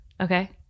Okay